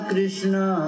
Krishna